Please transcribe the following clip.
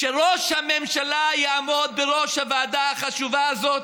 שראש הממשלה יעמוד בראש הוועדה החשובה הזאת,